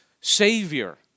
Savior